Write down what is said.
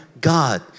God